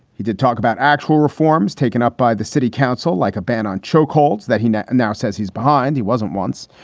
he did talk about actual reforms taken up by the city council like a ban on chokeholds that he now and now says he's behind. he wasn't once,